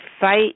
fight